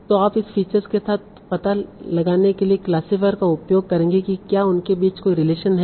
तो आप इस फीचर के साथ पता लगाने के लिए क्लासिफायर का उपयोग करेंगे कि क्या उनके बीच कोई रिलेशन है